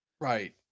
right